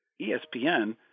ESPN